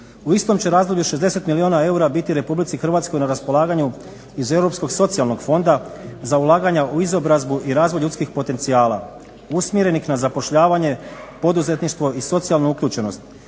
U istom će razdoblju 60 milijuna eura biti RH na raspolaganju iz Europskog socijalnog fonda za ulaganja u izobrazbu i razvoj ljudskih potencijala usmjerenih na zapošljavanje, poduzetništvo i socijalnu uključenost